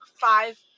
five